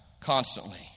constantly